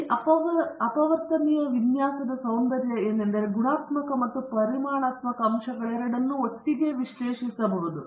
ಈ ಅಪವರ್ತನೀಯ ವಿನ್ಯಾಸದ ಸೌಂದರ್ಯವು ಗುಣಾತ್ಮಕ ಮತ್ತು ಪರಿಮಾಣಾತ್ಮಕ ಅಂಶಗಳೆರಡನ್ನೂ ಒಟ್ಟಿಗೆ ವಿಶ್ಲೇಷಿಸಬಹುದು